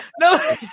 No